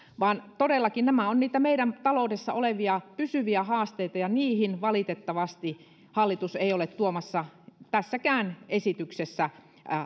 vaan todellakin nämä ovat niitä meidän taloudessa olevia pysyviä haasteita ja niihin valitettavasti hallitus ei ole tuomassa tässäkään esityksessä